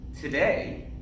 Today